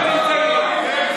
ולהתלונן.